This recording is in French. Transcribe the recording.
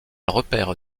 repère